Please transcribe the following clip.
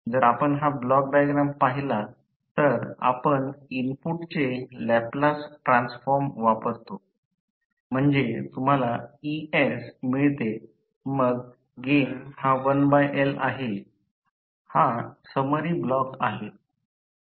जर आपण हा ब्लॉक डायग्राम पाहिला तर आपण इनपुटचे लॅपलास ट्रान्सफॉर्म वापरतो म्हणजे तुम्हाला es मिळते मग गेन हा 1L आहे हा समरी ब्लॉक आहे